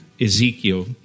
Ezekiel